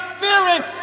fearing